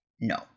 no